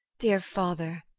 dear father,